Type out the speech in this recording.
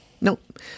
Nope